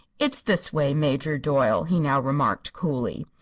it's this way, major doyle, he now remarked, coolly.